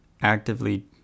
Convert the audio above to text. actively